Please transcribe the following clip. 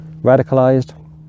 radicalized